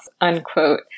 unquote